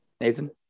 Nathan